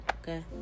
Okay